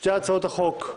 שתי הצעות החוק,